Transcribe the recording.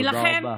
תודה רבה.